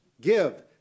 Give